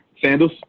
Sandals